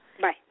bye